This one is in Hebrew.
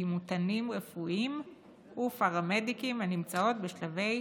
דימותנים רפואיים ופרמדיקים, הנמצאים בשלבי